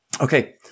Okay